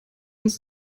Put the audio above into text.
uns